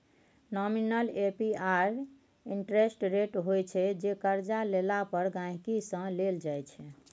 nominal APR interest rate होइ छै जे करजा लेला पर गांहिकी सँ लेल जाइ छै